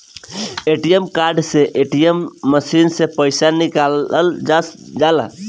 ATM card से ATM machine से पईसा निकालल जाला